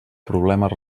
problemes